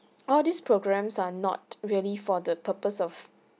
all these programs are not really for the purpose of